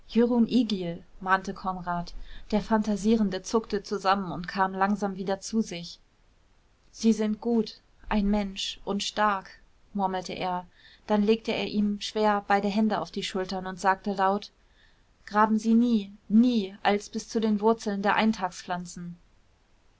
mahnte konrad der phantasierende zuckte zusammen und kam langsam wieder zu sich sie sind gut ein mensch und stark murmelte er dann legte er ihm schwer beide hände auf die schultern und sagte laut graben sie nie nie als bis zu den wurzeln der